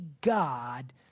God